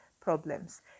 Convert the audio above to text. problems